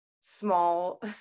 small